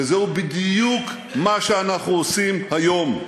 וזה בדיוק מה שאנחנו עושים היום: